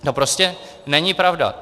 To prostě není pravda.